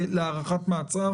לגבי הנתון